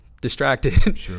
distracted